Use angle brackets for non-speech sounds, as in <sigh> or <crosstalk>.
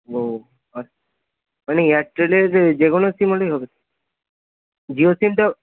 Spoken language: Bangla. ও <unintelligible> মানে এয়ারটেলের যে কোনো সিম হলেই হবে জিও সিম তো